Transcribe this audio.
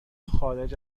خارج